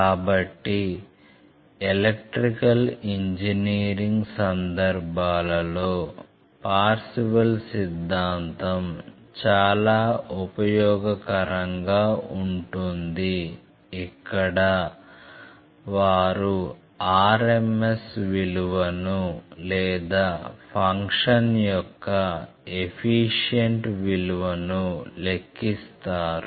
కాబట్టి electrical engineering సందర్భాలలో Parseval సిద్దాంతం చాలా ఉపయోగకరంగా ఉంటుంది ఇక్కడ వారు rms విలువను లేదా ఫంక్షన్ యొక్క ఎఫీషియెంట్విలువను లెక్కిస్తారు